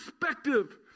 perspective